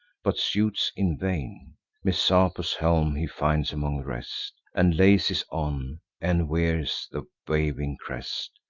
but suits in vain messapus' helm he finds among the rest, and laces on, and wears the waving crest.